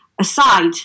aside